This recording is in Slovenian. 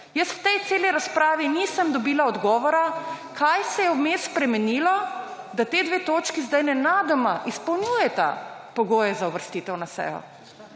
Jaz v tej celi razpravi nisem dobila odgovora, kaj se je vmes spremenilo, da ti 2 točki zdaj nenadoma izpolnjujeta pogoje za uvrstitev na sejo.